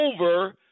over